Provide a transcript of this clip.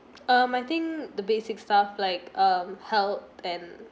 um I think the basic stuff like um help and